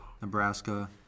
Nebraska